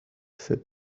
said